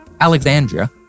Alexandria